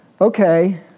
Okay